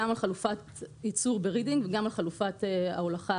גם על חלופת ייצור ברידינג וגם על חלופת ההולכה,